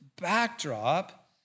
backdrop